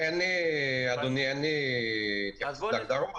אדוני, אין לי הערות להגדרות.